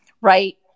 right